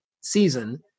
season